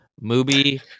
Movie